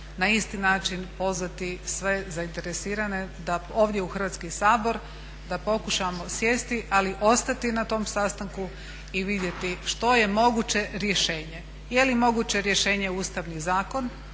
na isti način pozvati sve zainteresirane ovdje u Hrvatski sabor da pokušamo sjesti, ali ostati na tom sastanku i vidjeti što je moguće rješenje. Je li moguće rješenje ustavni zakon,